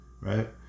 right